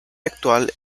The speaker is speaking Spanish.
actual